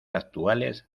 actuales